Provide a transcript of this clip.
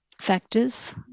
factors